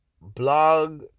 blog